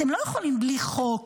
אתם לא יכולים בלי חוק